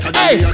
hey